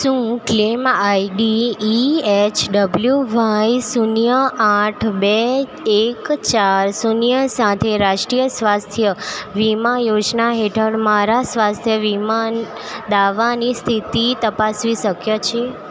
શું claim ID E H W Y શૂન્ય આઠ બે એક ચાર શૂન્ય સાથે રાષ્ટ્રીય સ્વાસ્થ્ય વીમા યોજના હેઠળ મારા સ્વાસ્થ્ય વીમા દાવાની સ્થિતિ તપાસવી શક્ય છે